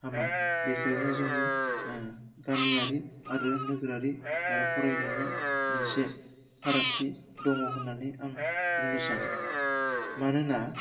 हामा बेखायनो जोंनि ओह गामियारि आरो नोगोरारि आरो फरायनायनि मोनसे फारागथि दङ होन्नानै आं बुंनो सानो मानोना